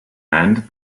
end